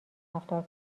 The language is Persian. رفتار